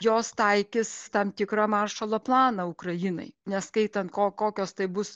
jos taikys tam tikrą maršalo planą ukrainai neskaitant ko kokios tai bus